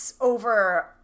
over